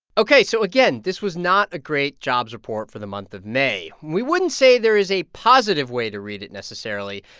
ok. so again, this was not a great jobs report for the month of may. we wouldn't say there is a positive way to read it necessarily.